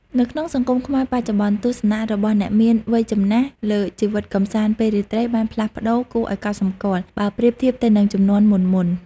នៅក្នុងសង្គមខ្មែរបច្ចុប្បន្ន ទស្សនៈរបស់អ្នកមានវ័យចំណាស់លើជីវិតកម្សាន្តពេលរាត្រីបានផ្លាស់ប្ដូរគួរឱ្យកត់សម្គាល់ បើប្រៀបធៀបទៅនឹងជំនាន់មុនៗ។